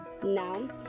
Now